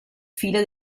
file